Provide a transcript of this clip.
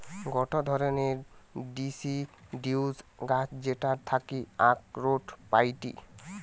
গটে ধরণের ডিসিডিউস গাছ যেটার থাকি আখরোট পাইটি